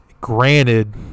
granted